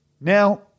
Now